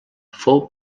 fou